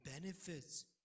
benefits